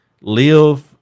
live